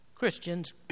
Christians